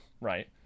right